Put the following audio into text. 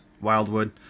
Wildwood